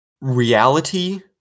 reality